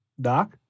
Doc